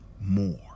more